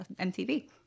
MTV